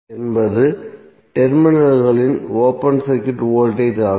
என்பது டெர்மினல்களில் open circuit voltage ஆகும்